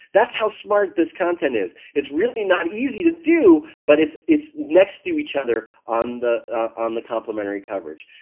that's how smart this content is. it's really not easy to do but it's it's next to each other on the on the complementary coverage.